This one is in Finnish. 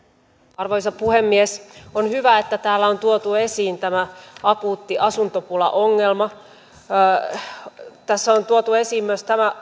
arvoisa puhemies on hyvä että täällä on tuotu esiin tämä akuutti asuntopulaongelma tässä on tuotu esiin myös tämä